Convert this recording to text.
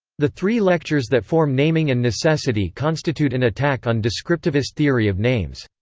the three lectures that form naming and necessity constitute an attack on descriptivist theory of names.